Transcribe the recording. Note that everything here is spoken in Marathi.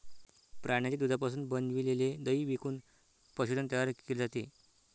प्राण्यांच्या दुधापासून बनविलेले दही विकून पशुधन तयार केले जाते